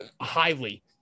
highly